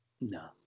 No